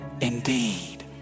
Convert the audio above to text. indeed